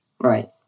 Right